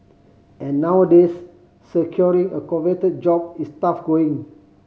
and nowadays securing a coveted job is tough going